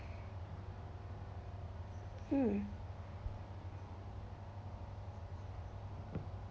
mm